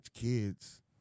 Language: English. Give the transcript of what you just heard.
kids